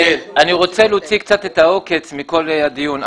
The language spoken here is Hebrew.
אני רוצה להוציא קצת את העוקץ מכל הדיון.